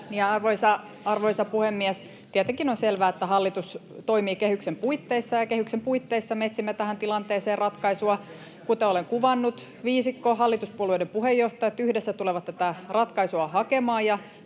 Arvoisa puhemies! Tietenkin on selvää, että hallitus toimii kehyksen puitteissa, ja kehyksen puitteissa me etsimme tähän tilanteeseen ratkaisua. Kuten olen kuvannut, viisikko, hallituspuolueiden puheenjohtajat yhdessä, tulevat tätä ratkaisua hakemaan